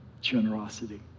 generosity